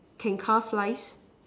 can car flies